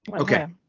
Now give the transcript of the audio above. ok?